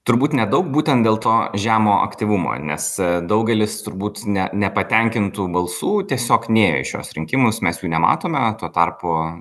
turbūt nedaug būtent dėl to žemo aktyvumo nes daugelis turbūt ne nepatenkintų balsų tiesiog nėjo į šiuos rinkimus mes jų nematome tuo tarpu